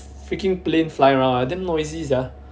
freaking plane flying around ah damn noisy sia